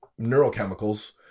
neurochemicals